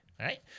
right